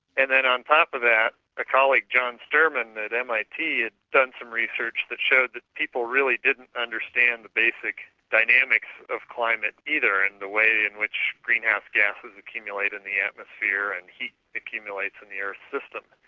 and then on top of that, a colleague, john sterman, at mit had done some research that shows that people really didn't understand the basic dynamics of climate either, and the way in which greenhouse gases accumulate in the atmosphere, and heat accumulates in the earth system.